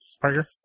Parker